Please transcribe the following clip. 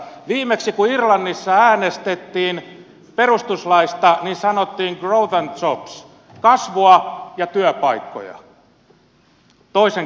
viimeksi kun irlannissa äänestettiin perustuslaista kun toisen kerran äänestettiin niin sanottiin growth and jobs kasvua ja työpaikkoja